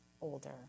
older